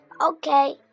Okay